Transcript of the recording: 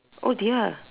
oh dear